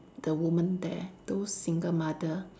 the woman there those single mother